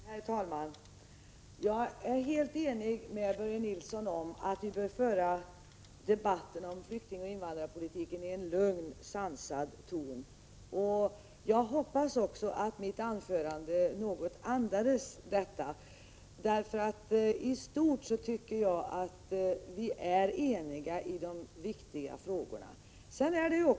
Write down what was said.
Herr talman! Jag är helt enig med Börje Nilsson om att vi bör föra debatten om flyktingoch invandrarpolitiken i en lugn och sansad ton. Jag hoppas också att mitt anförande något andades detta, för jag tycker att vi i stort är eniga i de viktiga frågorna.